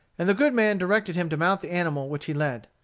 and the good man directed him to mount the animal which he led.